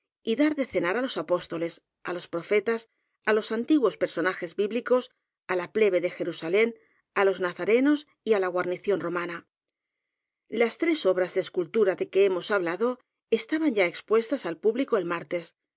y dar de cenar á los apóstoles á los profetas á los antiguos personajes bíblicos á la plebe de jerusalén á los nazarenos y á la guarnición romana las tres obras de escultura de que hemos habla do estaban ya expuestas al público el martes